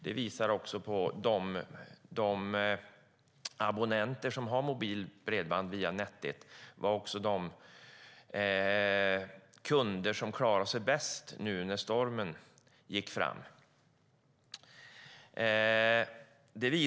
Det visas av att de abonnenter som har mobilt bredband via Net 1 var de som klarade sig bäst när stormen gick fram.